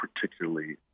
particularly